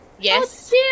Yes